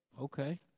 Okay